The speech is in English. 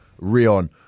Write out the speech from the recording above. Rion